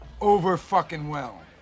over-fucking-well